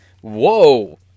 whoa